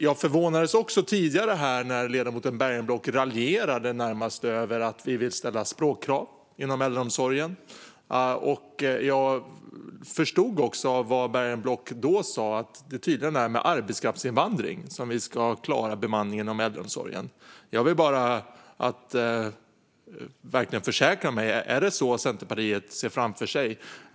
Jag förvånades också tidigare när ledamoten Bergenblock närmast raljerade över att vi vill ställa språkkrav inom äldreomsorgen. Jag förstod även av vad Bergenblock då sa att det tydligen är med arbetskraftsinvandring som man ska klara bemanningen inom äldreomsorgen. Jag vill bara försäkra mig om att det verkligen är vad Centerpartiet ser framför sig.